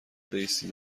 بایستید